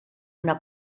una